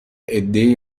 عدهای